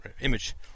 image